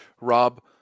Rob